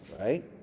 right